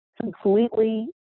completely